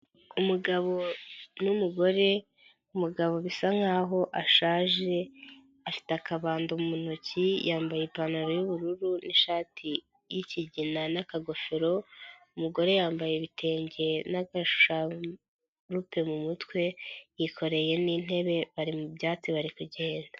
Umugabo n'umugore, umugabo bisa nk'aho ashaje, afite akabando mu ntoki, yambaye ipantaro y'ubururu n'ishati y'ikigina n'akagofero, umugore yambaye ibitenge n'agasharupe mu mutwe yikoreye n'intebe bari mu byatsi bari kugenda.